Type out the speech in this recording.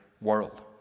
world